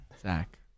Zach